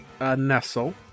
Nestle